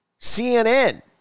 CNN